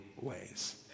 Ways